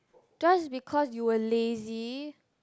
just because you were lazy